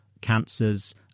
cancers